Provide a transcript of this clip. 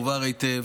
והובהר היטב,